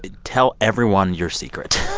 tell everyone your secret,